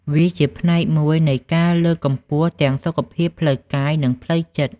វាជាផ្នែកមួយនៃការលើកកម្ពស់ទាំងសុខភាពផ្លូវកាយនិងផ្លូវចិត្ត។